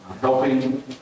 helping